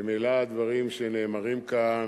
ממילא הדברים שנאמרים כאן,